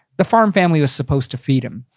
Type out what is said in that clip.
the farm family was supposed to feed him.